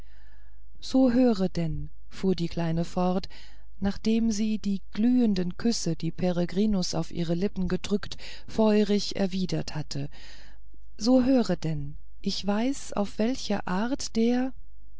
so höre denn fuhr die kleine fort nachdem sie die glühenden küsse die peregrinus auf ihre lippen gedrückt feurig erwidert hatte so höre denn ich weiß auf welche art der